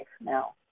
now